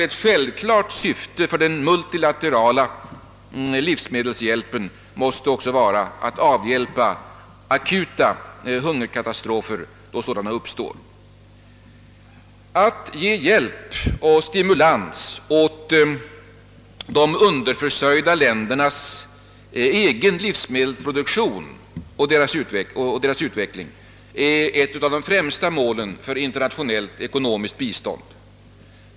Ett självklart syfte för den multilaterala livsmedelshjälpen måste också vara att avvärja akuta hungerkatastrofer då sådana hotar. Att ge hjälp och stimulans åt de underförsörjda ländernas egen livsmedelsproduktion och utvecklingen därav är ett av de främsta målen för interna tionellt ekonomiskt bistånd.